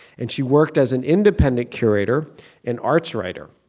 and she worked as an independent curator and arts writer.